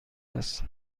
است